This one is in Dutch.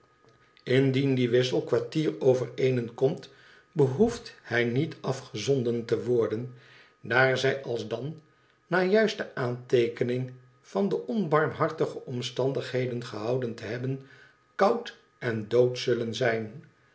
indien die wissel kwartier over éénen komt behoeft hij niet afgezonden te worden daar zij alsdan na juiste aanteekening van de onbarmhartige omstandigheden gehouden te hebben ikoud en dood zullen zijn